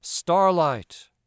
Starlight